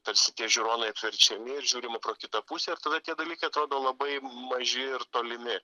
tarsi tie žiūronai apverčiami ir žiūrima pro kitą pusę ir tada tie dalykai atrodo labai maži ir tolimi